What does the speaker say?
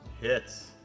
hits